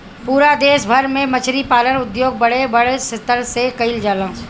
पूरा देश भर में मछरी पालन उद्योग बहुते बड़ स्तर पे कईल जाला